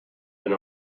been